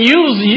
use